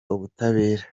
ubutabera